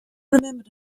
remembered